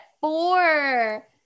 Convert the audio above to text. four